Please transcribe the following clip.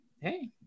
hey